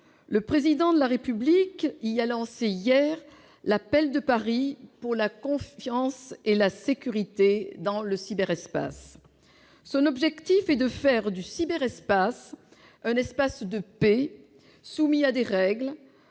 Le Président de la République y a lancé hier l'appel de Paris pour la confiance et la sécurité dans le cyberespace. Son objectif est de faire du cyberespace un espace de paix, soumis à des règles,